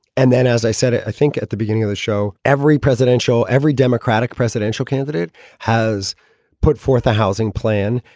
and then as i said it, i think at the beginning of the show, every presidential every democratic presidential candidate has put forth a housing plan.